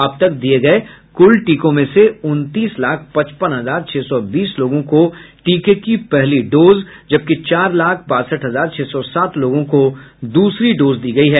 अब तक दिये गये कुल टीकों में से उनतीस लाख पचपन हजार छह सौ बीस लोगों को टीके की पहली डोज जबकि चार लाख बासठ हजार छह सौ सात लोगों को दूसरी डोज दी गयी है